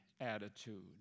attitude